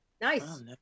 Nice